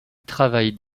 travaillent